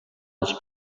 els